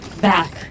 back